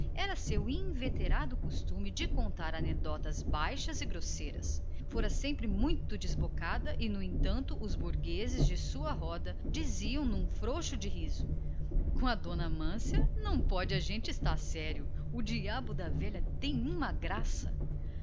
o seu antigo hábito de contar anedotas baixas e grosseiras sempre fora muito desbocada no entanto alguns basbaques da sua roda diziam dela num frouxo de riso com a d amância não pode a gente estar séria o diabo da velha tem uma graça